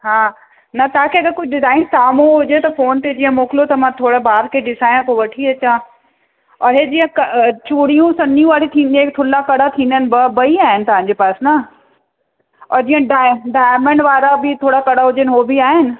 हा न तव्हांखे अगरि कोई डिजाइन साम्हूं हुजे त फ़ोन ते जीअं मोकिलियो त मां थोरो ॿार खे ॾिसायां पोइ वठी अचां और हे जीअं क चूड़ियूं संनियूं वारियूं थींदियूं आहिनि थुल्ला कड़ा थींदा आहिनि ॿ ॿई आहिनि तव्हांजे पास न और जीअं डाय डायमंड वारा बि थोरा कड़ा हुजनि हो बि आहिनि